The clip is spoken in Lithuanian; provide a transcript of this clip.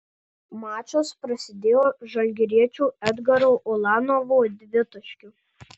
mačas prasidėjo žalgiriečio edgaro ulanovo dvitaškiu